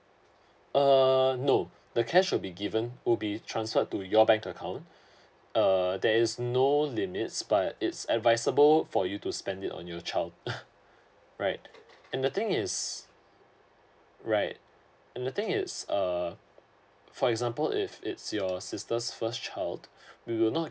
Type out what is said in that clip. uh no the cash would be given will be transferred to your bank account uh there is no limit but it's advisable for you to spend it on your child right and the thing is right and the thing is um for example if it's your sister's first child we will not